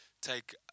take